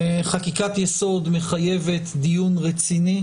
חקיקת ייסוד מחייבת דיון רציני,